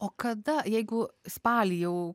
o kada jeigu spalį jau